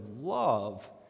love